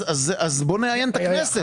אז בוא נאיין את הכנסת.